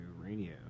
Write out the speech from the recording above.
radio